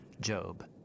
Job